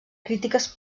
crítiques